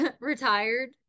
retired